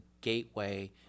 gateway